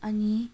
अनि